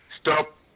stop